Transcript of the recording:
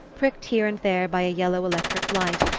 pricked here and there by a yellow electric light,